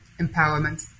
Empowerment